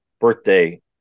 birthday